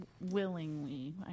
willingly